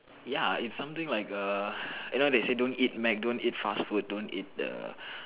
ya it's something like a you know they say don't eat Mac don't eat fast food don't eat the